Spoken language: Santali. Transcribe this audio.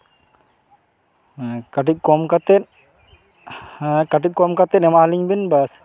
ᱦᱮᱸ ᱠᱟᱹᱴᱤᱡ ᱠᱚᱢ ᱠᱟᱛᱮᱫ ᱦᱮᱸ ᱠᱟᱹᱴᱤᱡ ᱠᱚᱢ ᱠᱟᱛᱮᱫ ᱮᱢᱟᱣᱟᱞᱤᱧ ᱵᱮᱱ ᱵᱟᱥ